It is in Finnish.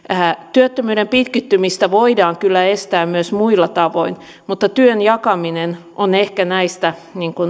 työttömyyden pitkittymistä voidaan kyllä estää myös muilla tavoin mutta työn jakaminen on ehkä näistä